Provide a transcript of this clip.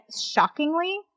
shockingly